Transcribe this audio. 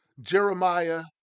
Jeremiah